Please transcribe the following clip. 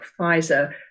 Pfizer